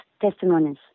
testimonies